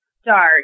start